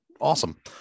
awesome